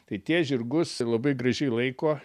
tai tie žirgus labai gražiai laiko